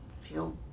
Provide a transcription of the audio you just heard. feel